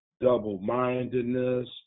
double-mindedness